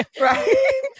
right